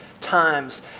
times